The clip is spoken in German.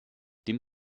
dem